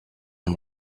and